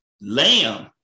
Lamb